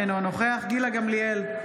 אינו נוכח גילה גמליאל,